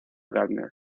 gardner